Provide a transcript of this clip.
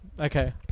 okay